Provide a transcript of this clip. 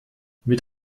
mit